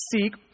seek